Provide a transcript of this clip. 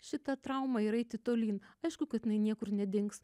šitą traumą ir eiti tolyn aišku kad jinai niekur nedings